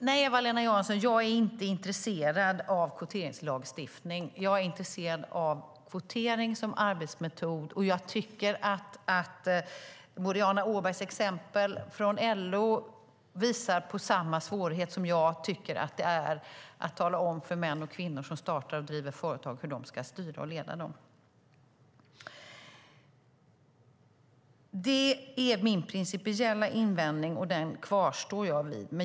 Herr talman! Nej, jag är inte intresserad av kvoteringslagstiftning, Eva-Lena Jansson. Jag är intresserad av kvotering som arbetsmetod, och jag tycker att Boriana Åbergs exempel från LO visar på samma svårighet jag tycker att det är att tala om för män och kvinnor som startar och driver företag hur de ska styra och leda dem. Det är min principiella invändning, och den kvarstår jag vid.